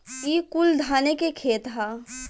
ई कुल धाने के खेत ह